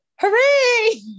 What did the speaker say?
hooray